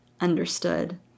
understood